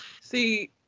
See